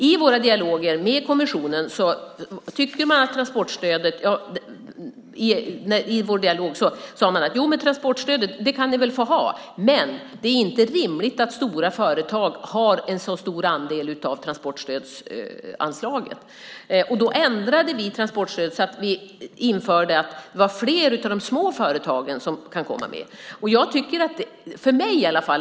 I våra dialoger med kommissionen sade man att transportstödet kan vi få ha men att det inte är rimligt att stora företag har en så stor andel av transportstödsanslagen. Då ändrade vi transportstödet så att det var fler småföretag som fick komma med.